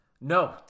No